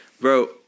Bro